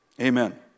Amen